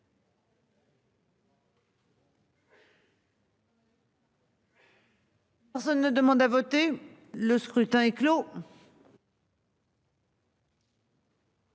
ouvert. Ça ne demande à voter. Le scrutin est clos.